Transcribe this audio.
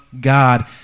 God